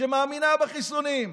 מאמינה בחיסונים,